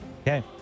Okay